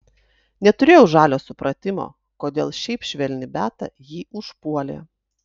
neturėjau žalio supratimo kodėl šiaip švelni beta jį užpuolė